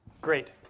Great